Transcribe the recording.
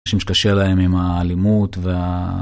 אנשים שקשה להם עם האלימות וה...